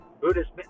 Buddhist